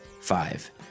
five